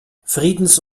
friedens